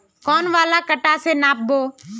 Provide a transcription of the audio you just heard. कौन वाला कटा से नाप बो?